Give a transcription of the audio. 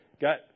got